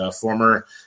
former